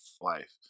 Life